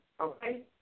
Okay